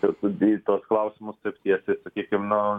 ir į tuos klausimus taip tiesiai tikino